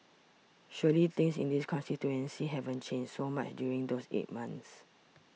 surely things in the constituency haven't changed so much during those eight months